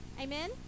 Amen